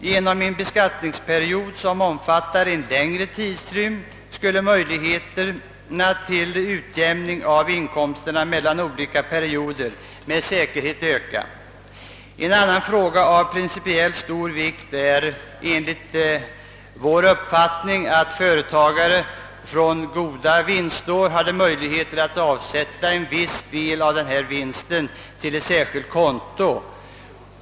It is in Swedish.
Genom införande av en beskattningsperiod som omfattar en längre tidsrymd skulle möjligheterna till utjämning av inkomsterna mellan olika perioder med säkerhet öka. En annan fråga av principiellt stor vikt är enligt vår uppfattning att företagare hade möjlighet att avsätta en viss del av vinsten från goda vinstår till ett särskilt konto.